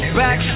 back